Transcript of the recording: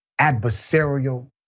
adversarial